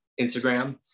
Instagram